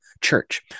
Church